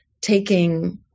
taking